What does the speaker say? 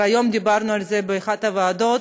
כבר היום דיברנו על זה באחת הוועדות.